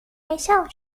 myself